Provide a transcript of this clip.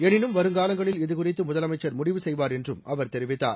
எனினும் வருங்காலங்களில் இதுகுறித்து முதலமைச்சர் முடிவு செய்வார் என்றும் அவர் தெரிவித்தார்